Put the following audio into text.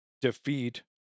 defeat